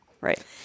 Right